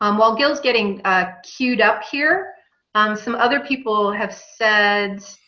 um while gil's getting queued up here and some other people have said